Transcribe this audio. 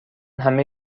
همه